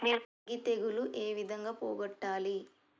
అగ్గి తెగులు ఏ విధంగా పోగొట్టాలి?